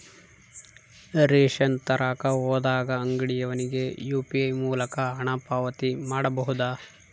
Ration ತರಕ ಹೋದಾಗ ಅಂಗಡಿಯವನಿಗೆ ಯು.ಪಿ.ಐ ಮೂಲಕ ಹಣ ಪಾವತಿ ಮಾಡಬಹುದಾ?